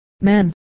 Men